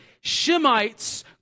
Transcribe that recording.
Shemites